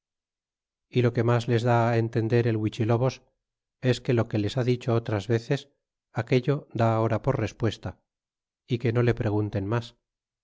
y lo que mas les da entender el huichilobos es que lo que les ha dicho otras veces aquello da ahora por respuesta e que no le pregunten mas